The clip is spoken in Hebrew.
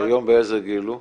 שהיום באיזה גיל הוא?